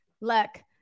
Luck